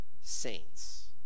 saints